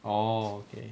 oh okay